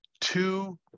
two